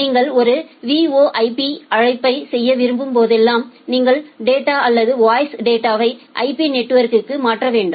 நீங்கள் ஒரு VoIP அழைப்பை செய்ய விரும்பும் போதெல்லாம் நீங்கள் டேட்டா அல்லது வாய்ஸ் டேட்டாவை IP நெட்வொர்க்கு மாற்ற வேண்டும்